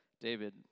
David